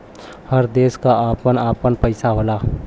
हर देश क आपन आपन पइसा होला